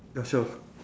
yourself